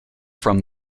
from